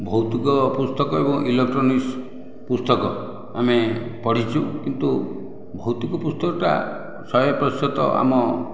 ଭୌତିକ ପୁସ୍ତକ ଏବଂ ଇଲେକ୍ଟ୍ରୋନିକ୍ସ୍ ପୁସ୍ତକ ଆମେ ପଢ଼ିଛୁ କିନ୍ତୁ ଭୌତିକ ପୁସ୍ତକଟା ଶହେ ପ୍ରତିଶତ ଆମ